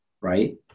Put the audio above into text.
Right